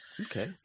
Okay